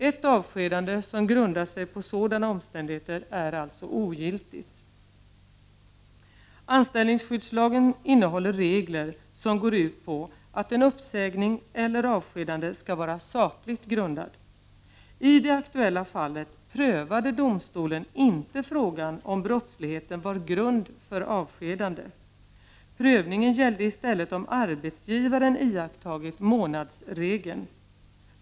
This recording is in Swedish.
Ett avskedande som grundar sig på sådana omständigheter är alltså ogiltigt. Anställningsskyddslagen innehåller regler som går ut på att uppsägning eller avskedande skall ha saklig grund. I det aktuella fallet prövade domstolen inte frågan om huruvida brottsligheten var tillräcklig grund för avskedande. Prövningen gällde i stället om arbetsgivaren iakttagit månadsregeln.